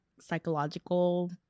psychological